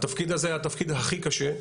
התפקיד הזה היה התפקיד הכי קשה,